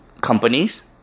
companies